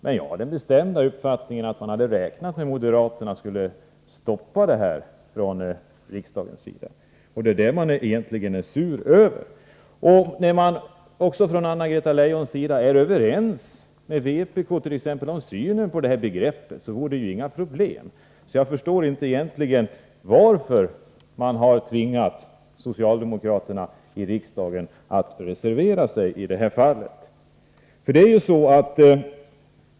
Men jag har den bestämda uppfattningen att man hade räknat med att moderaterna skulle stoppa det här förslaget i riksdagen och att det är det man egentligen är sur över. När Anna-Greta Leijon är överens med vpk t.ex. om synen på handikappbegrppet, så vore det inga problem. Jag förstår egentligen inte varför man har tvingat socialdemokraterna i riksdagen att reservera sig i det här fallet.